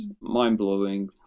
mind-blowing